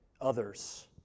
others